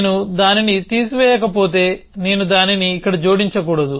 నేను దానిని తీసివేయకపోతే నేను దానిని ఇక్కడ జోడించకూడదు